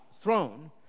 throne